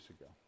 ago